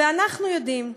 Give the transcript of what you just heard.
ואנחנו יודעים שבמיוחד,